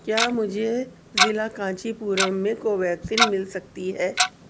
کیا مجھے ضلع کانچی پورم میں کوویکسین مل سکتی ہے